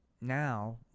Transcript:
Now